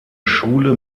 schule